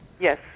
Yes